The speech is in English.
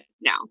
now